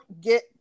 get